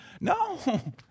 No